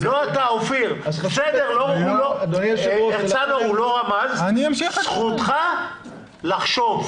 חבר הכנסת הרצנו, הוא לא רמז, אבל זכותך לחשוב.